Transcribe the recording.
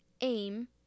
aim